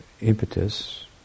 impetus